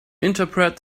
interpret